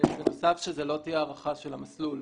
שלא תהיה הארכה של המסלול.